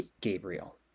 Gabriel